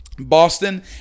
Boston